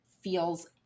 feels